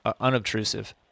unobtrusive